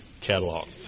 catalog